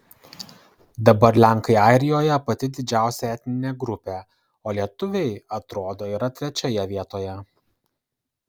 dabar lenkai airijoje pati didžiausia etninė grupė o lietuviai atrodo yra trečioje vietoje